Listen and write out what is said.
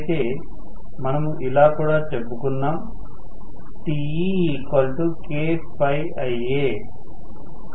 అయితే మనము ఇలా కూడా చెప్పుకున్నాం Te KØIa